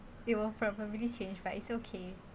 it will probably change but it's okay